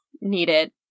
needed